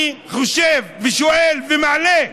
אני חושב ושואל ומעלה,